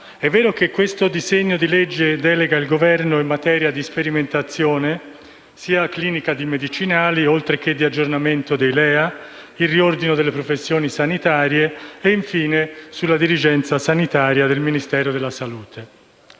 È vero che questo disegno di legge contiene una delega al Governo in materia di sperimentazione clinica di medicinali, oltre che in materia di aggiornamento dei LEA, di riordino delle professioni sanitarie e, infine, sulla dirigenza sanitaria del Ministero della salute.